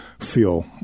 feel